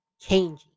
changing